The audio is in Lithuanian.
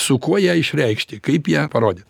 su kuo ją išreikšti kaip ją parodyt